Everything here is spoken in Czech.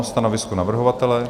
Stanovisko navrhovatele?